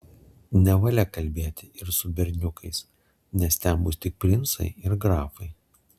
nevalia kalbėti ir su berniukais nes ten bus tik princai ir grafai